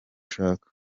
ushaka